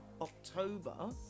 october